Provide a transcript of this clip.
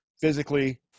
physically